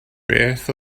beth